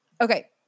Okay